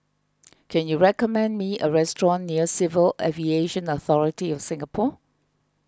can you recommend me a restaurant near Civil Aviation Authority of Singapore